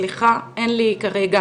סליחה, אין לי כרגע